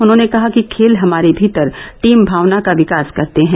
उन्होंने कहा कि खेल हमारे भीतर टीम भावना का विकास करते हैं